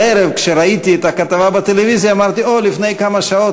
שכשראיתי את הכתבה בערב בטלוויזיה אמרתי: לפני כמה שעות